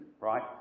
right